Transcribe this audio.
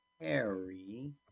Harry